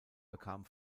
bekam